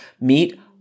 meet